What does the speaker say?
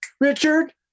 Richard